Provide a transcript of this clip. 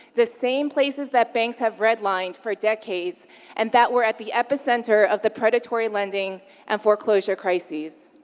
the same places that banks have red-lined for decades and that were at the epicenter of the predatory lending and foreclosure crises.